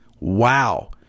Wow